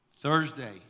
Thursday